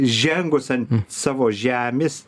žengus ant savo žemės